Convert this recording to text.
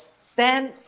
stand